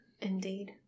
Indeed